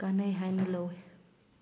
ꯀꯥꯟꯅꯩ ꯍꯥꯏꯅ ꯂꯧꯋꯤ